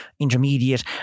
intermediate